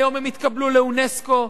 היום הם התקבלו לאונסק"ו,